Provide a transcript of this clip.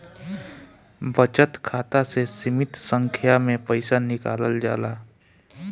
बचत खाता से सीमित संख्या में पईसा निकालल जाला